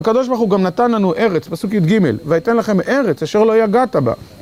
הקב"ה גם נתן לנו ארץ, פסוק יג', וייתן לכם ארץ אשר לא יגעת בה.